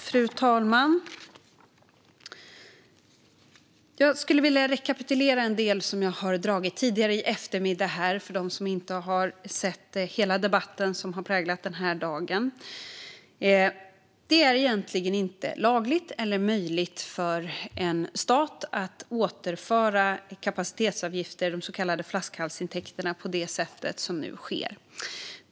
Fru talman! Jag skulle vilja rekapitulera en del av det som jag har dragit tidigare i eftermiddag för dem som inte har sett hela den debatt som har präglat dagen. Det är egentligen inte lagligt eller möjligt för en stat att återföra kapacitetsavgifter, de så kallade flaskhalsintäkterna, på det sätt som nu sker.